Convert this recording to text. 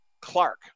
Clark